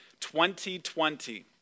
2020